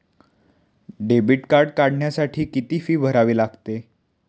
Debit card काढण्यासाठी किती fee भरावी लागते?